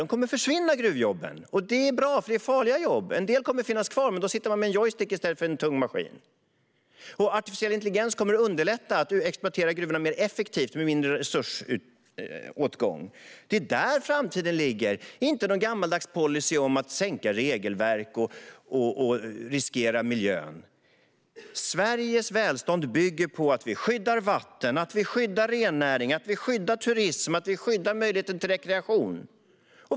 Gruvjobben kommer att försvinna. Det är bra, för det är farliga jobb. En del kommer att finnas kvar, men då sitter man med en joystick i stället för en tung maskin. Artificiell intelligens kommer att underlätta. Du exploaterar gruvorna mer effektivt med mindre resursåtgång. Det är där framtiden ligger. Det handlar inte om någon gammaldags policy om att minska regelverk och riskera miljön. Sveriges välstånd bygger på att vi skyddar vatten, rennäringen, turism och möjligheten till rekreation.